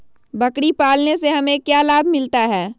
बकरी पालने से हमें क्या लाभ मिलता है?